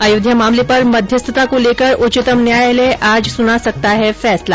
अयोध्या मामले पर मध्यस्थता को लेकर उच्चतम न्यायालय आज सुना सकता है फैसला